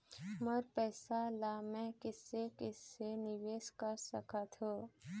मोर पैसा ला मैं कैसे कैसे निवेश कर सकत हो?